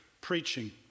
preaching